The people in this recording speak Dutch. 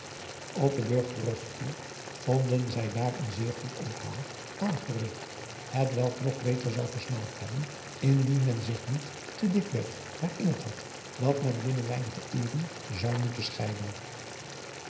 p den urg teruggekeerd vonden zij daar een zeer goed onthaal aangerigt hetwelk nog beter zou gesmaakt hebben indien men zich driaan oosjes zn et leven van illegonda uisman niet te dikwerf herinnerd had dat men binnen weinige uren zou moeten scheiden